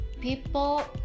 people